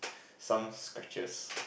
some scratches